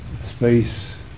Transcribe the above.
space